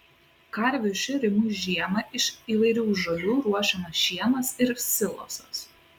karvių šėrimui žiemą iš įvairių žolių ruošiamas šienas ir silosas